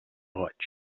goig